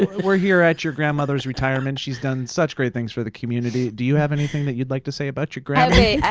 ah we're here at your grandmother's retirement, she's done such great for the community, do you have anything that you'd like to say about your grammy?